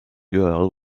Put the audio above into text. girl